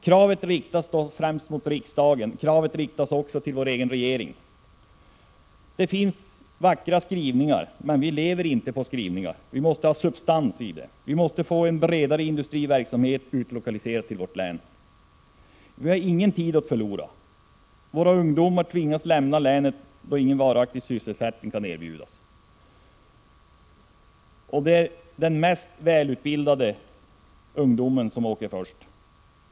Kravet riktas då främst mot riksdagen, kravet riktas också till vår egen regering. Det finns vackra skrivningar, men vi lever inte på skrivningar. Det måste finnas substans i det. Vi måste få en bredare industriverksamhet utlokaliserad till vårt län. Vi har ingen tid att förlora. Våra ungdomar tvingas lämna länet då ingen varaktig sysselsättning kan erbjudas. Och det är de mest välutbildade ungdomarna som åker först.